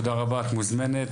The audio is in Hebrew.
תודה רבה את מוזמנת,